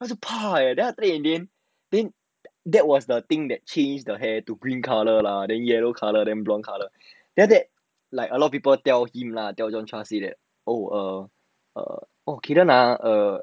还是怕 eh then after that in the end then that was the thing that change the hair to green colour lah then yellow coloured then blonde colour then after that like a lot of people tell him lah tell john chua say that oh err err oh kayden ah err